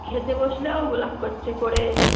খেতে বসলেও ভ্লগ করছে করে